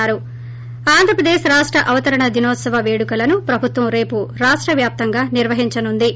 ి ఆంధ్రప్రదేశ్ రాష్ట అవతరణ దినోత్సవ పేడుకలను ప్రభుత్వం రేపు రాష్ట వ్యాప్తంగా నిర్వహించనుందే